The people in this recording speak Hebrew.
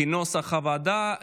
כנוסח הוועדה.